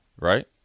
right